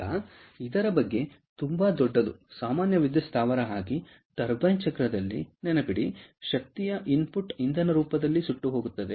ಈಗ ಇದರ ಬಗ್ಗೆ ತುಂಬಾ ದೊಡ್ಡದು ಸಾಮಾನ್ಯ ವಿದ್ಯುತ್ ಸ್ಥಾವರ ಉಗಿ ಟರ್ಬೈನ್ ಚಕ್ರದಲ್ಲಿ ನೆನಪಿಡಿ ಶಕ್ತಿಯ ಇನ್ಪುಟ್ ಇಂಧನ ರೂಪದಲ್ಲಿ ಸುಟ್ಟುಹೋಗುತ್ತದೆ